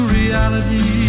reality